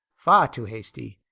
far too hasty.